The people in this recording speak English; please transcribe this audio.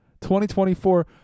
2024